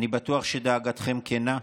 אני בטוח שדאגתכם כנה,